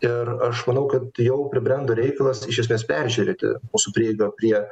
ir aš manau kad jau pribrendo reikalas iš esmės peržiūrėti mūsų prieigą prie